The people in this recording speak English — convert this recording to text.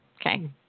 Okay